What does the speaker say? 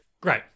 Great